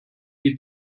die